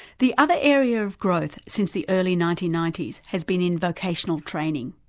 the other area of growth since the early nineteen ninety s has been in vocational training.